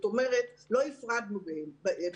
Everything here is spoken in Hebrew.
כלומר, לא הפרדנו ביניהם.